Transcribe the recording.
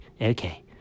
okay